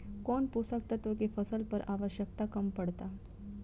कौन पोषक तत्व के फसल पर आवशयक्ता कम पड़ता?